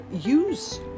use